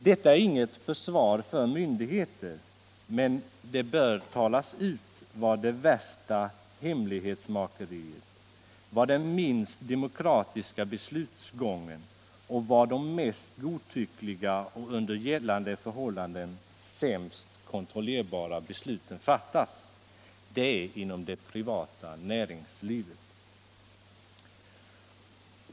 Detta är inget försvar för myndigheter, men det bör sägas ut var det värsta hemlighetsmakeriet, den minst demokratiska beslutsgången och de mest godtyckliga och under gällande förhållanden sämst kontrollerbara besluten fattas. Det är inom det privata näringslivet.